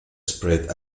spread